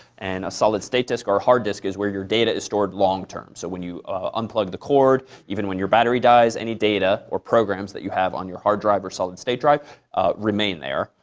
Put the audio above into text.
and a solid state disk or hard disk is where your data is stored long term. so when you unplug the cord, even when your battery dies, any data or programs that you have on your hard drive or solid state drive remain there.